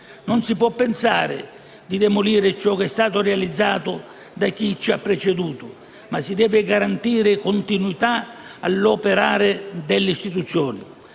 Non si può pensare di demolire ciò che è stato realizzato da chi ci ha preceduto, ma si deve garantire continuità all'operare dell'Istituzione.